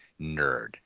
nerd